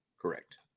Correct